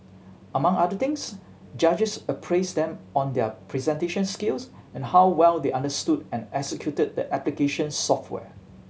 among other things judges appraised them on their presentation skills and how well they understood and executed the application software